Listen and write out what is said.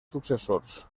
successors